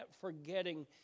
forgetting